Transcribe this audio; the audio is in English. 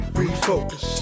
refocus